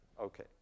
Okay